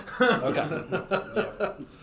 Okay